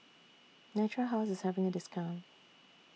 Natura House IS having A discount